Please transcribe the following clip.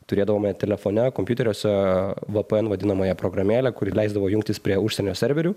turėdavome telefone kompiuteriuose vė pė en vadinamąją programėlę kuri leisdavo jungtis prie užsienio serverių